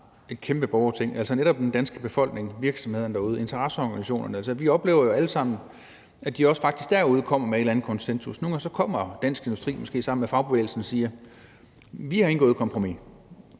et kæmpe borgerting, altså netop den danske befolkning, virksomhederne derude, interesseorganisationerne. Altså, vi oplever jo alle sammen, at de faktisk også derude kommer med noget, som der er konsensus om. Nogle gange kommer Dansk Industri måske sammen med fagbevægelsen og siger: Vi har indgået et kompromis;